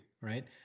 right